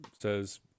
says